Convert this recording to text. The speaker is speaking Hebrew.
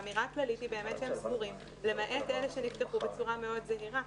האמירה הכללית היא באמת שהם סגורים למעט אלה שנפתחו בצורה מאוד זהירה.